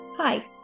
Hi